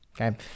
Okay